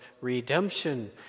redemption